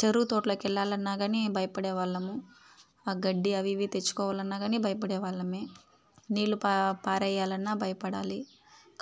చెరుకు తోటలోకి వెళ్ళాలన్నాకానీ భయపడే వాళ్ళము ఆ గడ్డి అవి ఇవి తెచ్చుకోవాలి అన్న కానీ భయపడే వాళ్ళం నీళ్ళు పా పారేయాలన్నా భయపడాలి